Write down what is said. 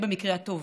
במקרה הטוב,